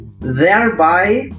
thereby